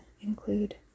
include